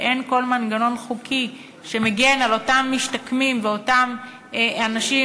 ואין כל מנגנון חוקי שמגן על אותם משתקמים ואותם אנשים